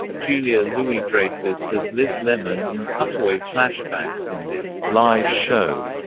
julia louis-dreyfus as liz lemon in cutaway flashbacks in the live show